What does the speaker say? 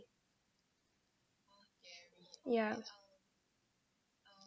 yeah